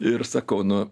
ir sakau nu